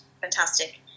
fantastic